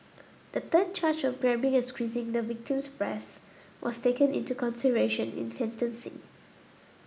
a third charge of grabbing and squeezing the victim's breasts was taken into consideration in sentencing